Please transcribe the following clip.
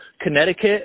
Connecticut